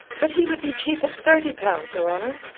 but he would be cheap at thirty pounds, your honour.